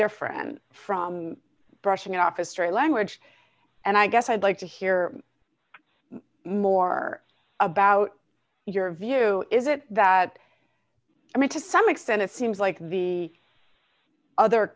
different from brushing off a stray language and i guess i'd like to hear more about your view is it that i mean to some extent it seems like the other